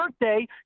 birthday